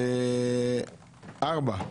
ב-(4),